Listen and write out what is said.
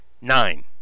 nine